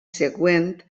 següent